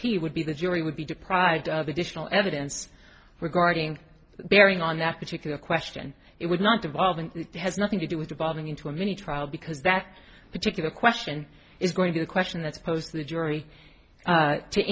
ip would be the jury would be deprived of additional evidence regarding bearing on that particular question it would not devolve and has nothing to do with the bombing into a mini trial because that particular question is going to the question that's posed to the jury